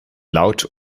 laut